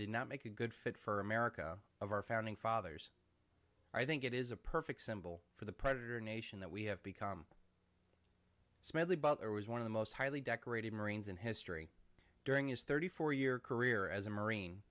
did not make a good fit for america of our founding fathers i think it is a perfect symbol for the predator nation that we have become smedley butler was one of the most highly decorated marines in history during his thirty four year career as a marine